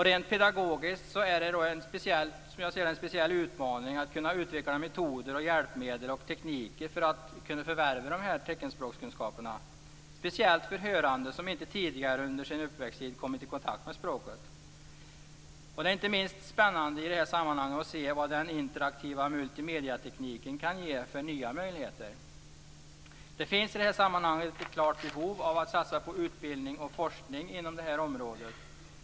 Rent pedagogiskt är det en speciell utmaning att utveckla metoder, hjälpmedel och tekniker för att kunna förvärva teckenspråkskunskaperna, speciellt för hörande som inte tidigare under sin uppväxttid kommit i kontakt med språket. Det är inte minst spännande i det här sammanhanget att se vad den interaktiva multimediatekniken kan ge för nya möjligheter. Det finns ett klart behov av att satsa på utbildning och forskning inom detta område.